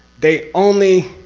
they only.